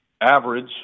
average